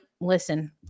listen